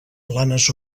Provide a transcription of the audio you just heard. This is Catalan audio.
planes